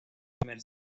primer